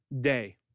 day